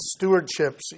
stewardships